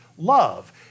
love